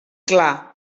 clar